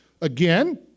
Again